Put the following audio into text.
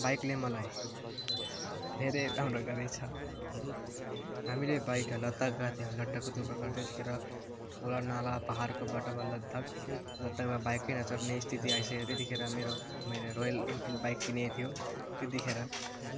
बाइकले मलाई धेरै राम्रो गरेकोछ हामीले बाइकमा लद्दाख गएका थियौँ लद्दाखको टुरमा गएका थियौँ त्यतिखेर खोला नाला पाहाडको बाटोमा लद्दाख लद्दाखमा बाइकै नचढ्ने स्थिति आइसक्यो त्यतिखेर मेरो मेरो रोयल इनफिल्ड बाइक किनेको थियो त्यतिखेर